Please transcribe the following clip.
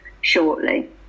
shortly